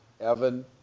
Evan